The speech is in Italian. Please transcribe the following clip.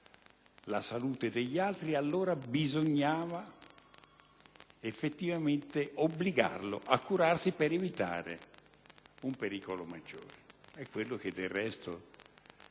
la salute degli altri, allora bisogna effettivamente obbligarlo a curarsi per evitare un pericolo maggiore. È quello che del resto